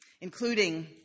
including